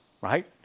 right